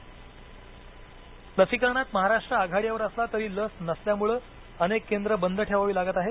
Covid Maharashtra लसीकरणात महाराष्ट्र आघाडीवर असला तरी लस नसल्यामुळे अनेक केंद्र बंद ठेवावी लागत आहेत